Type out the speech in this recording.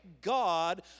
God